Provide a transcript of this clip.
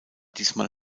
diesmal